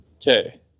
Okay